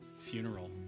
funeral